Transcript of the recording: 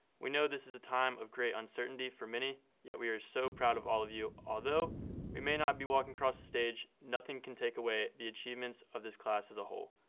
we know this is a time of great uncertainty for many, yet we are so proud of all of you. although we may not be walking across the stage nothing can take away the achievements of this class as a whole.